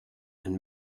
and